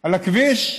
על הכביש,